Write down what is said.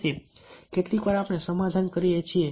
તેથી કેટલીકવાર આપણે સમાધાન કરીએ એ છીએ